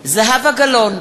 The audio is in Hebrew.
זהבה גלאון,